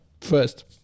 First